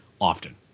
often